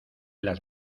las